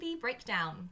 breakdown